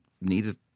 needed